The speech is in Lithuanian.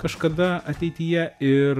kažkada ateityje ir